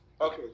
okay